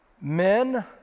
Men